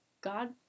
God